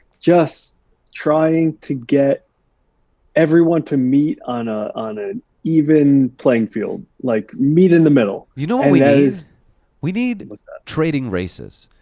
just trying to get everyone to meet on ah on an even playing field, like meet in the middle. you know what we need? we need trading races.